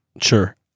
Sure